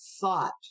thought